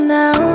now